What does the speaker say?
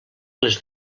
les